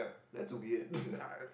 that's weird